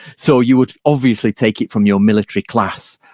so you would obviously take it from your military class.